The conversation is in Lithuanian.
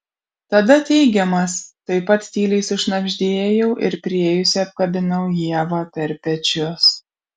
tada teigiamas taip pat tyliai sušnabždėjau ir priėjusi apkabinau ievą per pečius